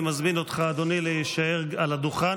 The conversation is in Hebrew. אני מזמין אותך, אדוני, להישאר על הדוכן